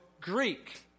Greek